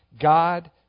God